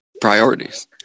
priorities